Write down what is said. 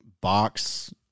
box